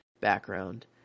background